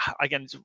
again